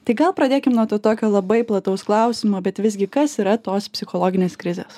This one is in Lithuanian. tai gal pradėkim nuo to tokio labai plataus klausimo bet visgi kas yra tos psichologinės krizės